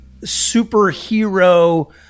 superhero